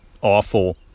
awful